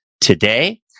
today